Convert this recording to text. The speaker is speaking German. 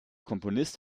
komponist